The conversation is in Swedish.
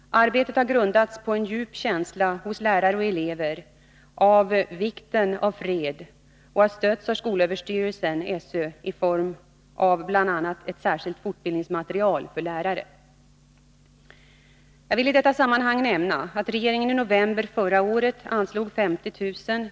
Arbetet har grundats på en djup känsla hos lärare och elever av vikten av fred och har stötts av skolöverstyrelsen i form av bl.a. ett särskilt fortbildningsmaterial för lärare. Jag vill i detta sammanhang nämna att regeringen i november förra året anslog 50 000 kr.